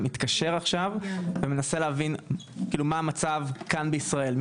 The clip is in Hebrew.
מתקשר עכשיו ומבין להבין מה המצב כאן בישראל,